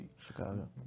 Chicago